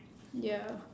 ya